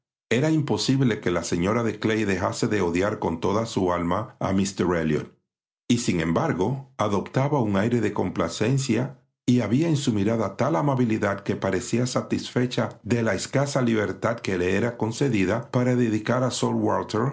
era imposible que la señora de clay dejase de odiar con toda su alma a míster elliot y sin embargo adoptaba un aire de complacencia y había en su mirada tal amabilidad que parecía satisfecha de la escasa libertad que le era concedida para dedicar a sir